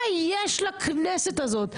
מה יש לכנסת הזאת,